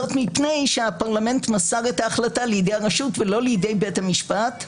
זאת משום שהפרלמנט מסר את ההחלטה לידי הרשות ולא לידי בית המשפט,